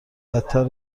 بدتر